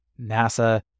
NASA